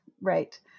Right